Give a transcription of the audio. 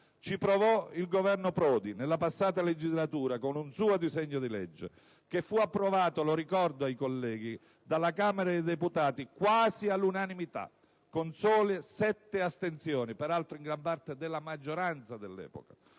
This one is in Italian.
Ci provò il Governo Prodi nella passata legislatura con un suo disegno di legge, che fu approvato, lo ricordo ai colleghi, dalla Camera dei deputati quasi all'unanimità, con sole sette astensioni, peraltro in gran parte della maggioranza dell'epoca,